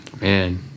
Man